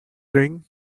ring